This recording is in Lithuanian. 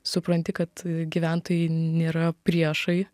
supranti kad gyventojai nėra priešai